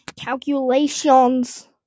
calculations